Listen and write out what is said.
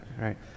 right